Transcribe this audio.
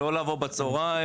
לא לבוא בצוהריים,